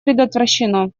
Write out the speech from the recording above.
предотвращено